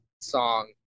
song